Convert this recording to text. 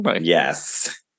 Yes